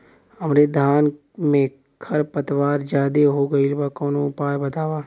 हमरे धान में खर पतवार ज्यादे हो गइल बा कवनो उपाय बतावा?